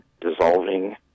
dissolving